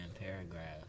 paragraph